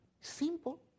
Simple